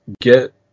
get